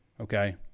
Okay